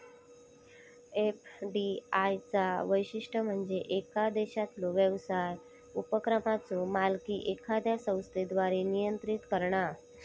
FDI चा वैशिष्ट्य म्हणजे येका देशातलो व्यवसाय उपक्रमाचो मालकी एखाद्या संस्थेद्वारा नियंत्रित करणा